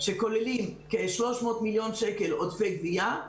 שכוללים כ-300 מיליוני שקלים עודפי גבייה,